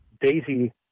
Daisy